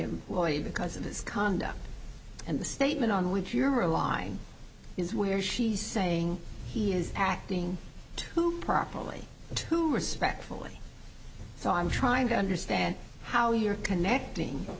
lawyer because of this condo and the statement on with your ally is where she's saying he is acting to properly to respectfully so i'm trying to understand how you're connecting